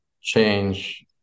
change